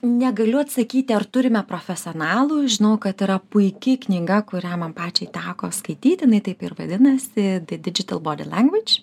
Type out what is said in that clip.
negaliu atsakyti ar turime profesionalų žinau kad yra puiki knyga kurią man pačiai teko skaityti jinai taip ir vadinasi de didžital bodi lengvič